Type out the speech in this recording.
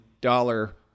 dollar